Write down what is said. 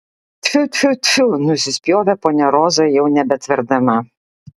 tfiu tfiu tfiu nusispjovė ponia roza jau nebetverdama